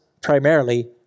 primarily